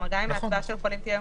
גם אם הצבעה של חולים תהיה יום